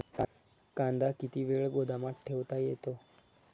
कांदा किती वेळ गोदामात ठेवता येतो?